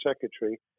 secretary